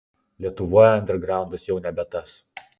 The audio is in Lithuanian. lietuvoj andergraundas jau nebe tas